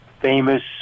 famous